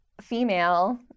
female